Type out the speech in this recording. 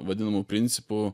vadinamu principu